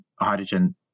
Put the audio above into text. hydrogen